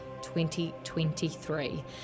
2023